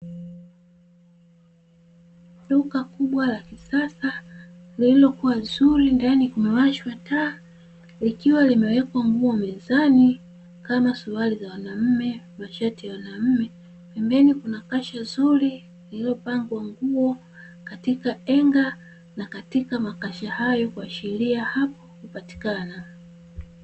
Duka kubwa la kisasa lililokuwa zuri ndani kumewashwa taa, likiwa limewekwa nguo mezani kama suruali za wanaume, mashati ya wanaume, pembeni kuna kasha zuri lililopangwa nguo katika enga na makasha hayo kuashiria hapo hupatikana.